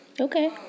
Okay